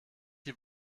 die